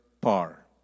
par